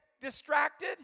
distracted